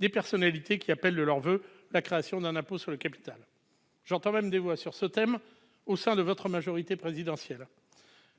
des personnalités qui appellent de leurs voeux la création d'un impôt sur le capital. J'entends même des voix s'exprimer sur ce thème au sein de votre majorité présidentielle !